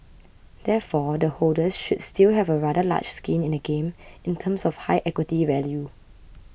therefore the holders should still have a rather large skin in the game in terms of high equity value